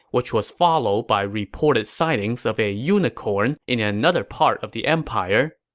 which was followed by reported sightings of a unicorn in another part of the empire.